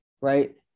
right